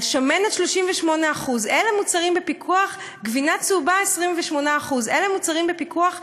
על שמנת 38%, גבינה צהובה 28% אלה מוצרים בפיקוח.